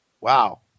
Wow